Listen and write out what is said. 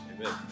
Amen